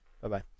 Bye-bye